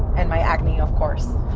and my acne, of course